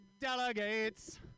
delegates